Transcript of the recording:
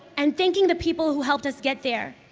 and thanking the people who helped us get there,